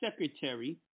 secretary